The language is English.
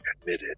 admitted